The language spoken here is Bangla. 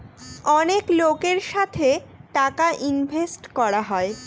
অনেক লোকের সাথে টাকা ইনভেস্ট করা হয়